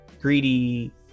greedy